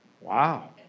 Wow